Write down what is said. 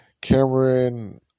Cameron